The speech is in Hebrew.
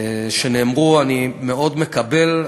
אני מאוד מקבל אותן.